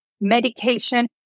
medication